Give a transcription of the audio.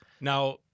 Now